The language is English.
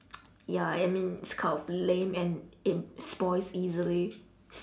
ya I mean it's kind of lame and it spoils easily